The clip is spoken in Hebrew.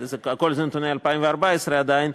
הכול זה נתוני 2014 עדיין,